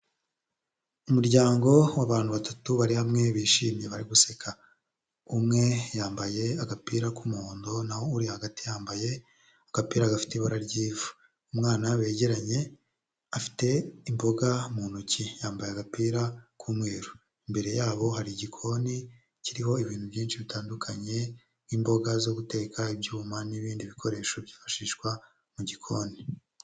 Umuryango w'abantu batatu bari hamwe bishimye bari guseka. Umwe yambaye agapira k'umuhondo naho uri hagati yambaye agapira gafite ibara ry'ivu. Umwana begeranye afite imboga mu ntoki, yambaye agapira k'umweru. Imbere yabo hari igikoni kiriho ibintu byinshi bitandukanye nk'imboga zo guteka, ibyuma n'ibindi bikoresho byifashishwa mu gikoni.